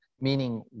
meaning